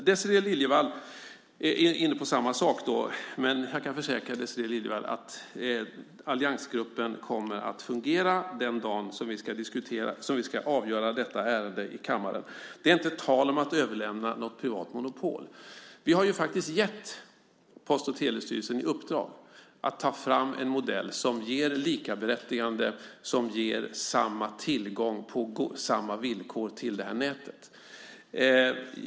Désirée Liljevall är inne på samma sak, men jag kan försäkra Désirée Liljevall att alliansgruppen kommer att fungera den dag som vi ska avgöra detta ärende i kammaren. Det är inte tal om att överlämna till något privat monopol. Vi har gett Post och telestyrelsen i uppdrag att ta fram en modell som ger likaberättigande och som ger samma tillgång på samma villkor till det här nätet.